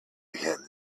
him